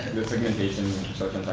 the segmentation